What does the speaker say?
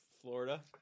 Florida